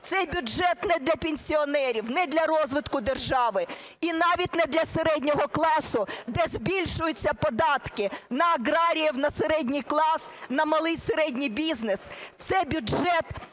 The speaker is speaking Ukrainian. Цей бюджет не для пенсіонерів, не для розвитку держави і навіть не для середнього класу, де збільшуються податки на аграріїв, на середній клас, на малий, середній бізнес. Це бюджет,